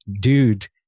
dude